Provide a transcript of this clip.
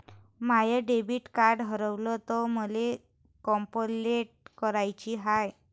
माय debit card हारवल तर मले कंपलेंट कराची हाय